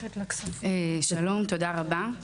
שלום, תודה רבה.